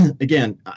again